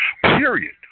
period